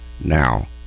now